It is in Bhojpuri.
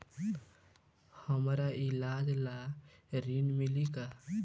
हमका ईलाज ला ऋण मिली का?